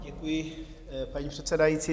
Děkuji, paní předsedající.